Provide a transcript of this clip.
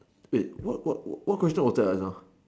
wait what what what question was that ah just now